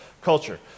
culture